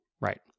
Right